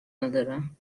ندارم